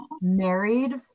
married